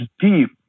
deep